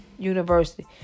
University